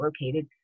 located